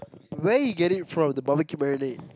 where you get it form the barbecue marinate